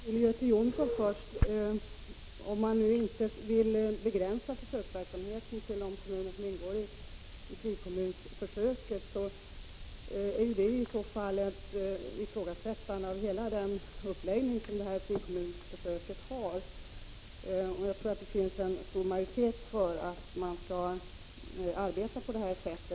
Herr talman! Till Göte Jonsson vill jag först säga, att om man inte vill begränsa försöksverksamheten till de kommuner som ingår i frikommunsförsöket innebär det ett ifrågasättande av hela uppläggningen av frikommunsförsöket. Jag tror att det finns en stor majoritet för att arbetet skall ske på detta sätt.